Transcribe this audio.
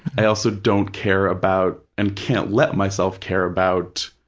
i also don't care about, and can't let myself care about,